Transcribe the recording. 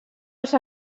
als